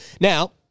Now